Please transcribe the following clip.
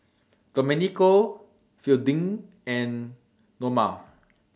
Domenico Fielding and Noma